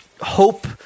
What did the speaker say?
hope